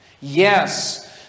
Yes